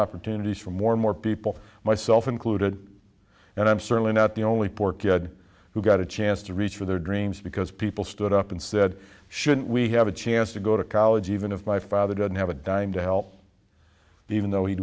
opportunities for more and more people myself included and i'm certainly not the only poor kid who got a chance to reach for their dreams because people stood up and said shouldn't we have a chance to go to college even if my father didn't have a dime to help even though he